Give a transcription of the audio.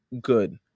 good